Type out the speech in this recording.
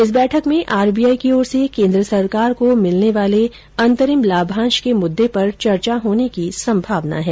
इस बैठक में आरबीआई की ओर से केन्द्र सरकार को मिलने वाले अंतरिम लाभांश के मुददे पर चर्चा होने की संभावना है